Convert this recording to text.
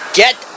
get